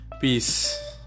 Peace